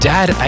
Dad